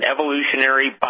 Evolutionary